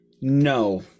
No